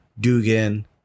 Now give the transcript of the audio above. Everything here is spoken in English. Dugan